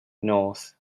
north